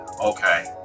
Okay